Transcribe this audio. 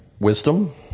wisdom